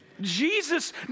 Jesus